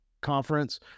conference